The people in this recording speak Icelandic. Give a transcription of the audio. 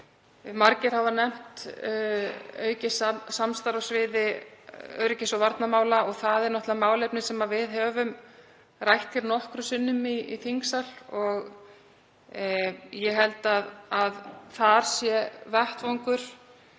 Margir hafa nefnt aukið samstarf á sviði öryggis- og varnarmála og það er náttúrlega málefni sem við höfum rætt nokkrum sinnum í þingsal. Ég held að þar sé vettvangur